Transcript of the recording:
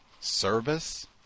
service